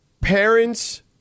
parents